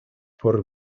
por